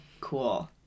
cool